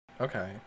Okay